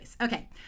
Okay